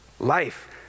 Life